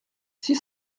six